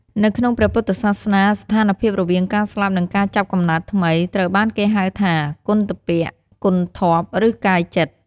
នៅក្នុងព្រះពុទ្ធសាសនា ស្ថានភាពរវាងការស្លាប់និងការចាប់កំណើតថ្មីត្រូវបានគេហៅថា គន្ធព្វ(គន់-ធាប់)ឬកាយចិត្ត។